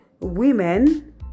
women